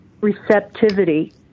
receptivity